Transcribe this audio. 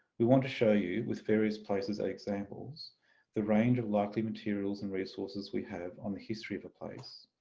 we want to show you with various places and examples the range of likely materials and resources we have on the history of a place,